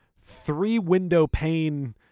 three-window-pane